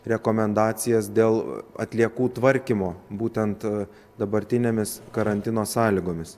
rekomendacijas dėl atliekų tvarkymo būtent dabartinėmis karantino sąlygomis